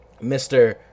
Mr